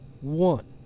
one